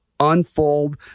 Unfold